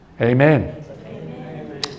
amen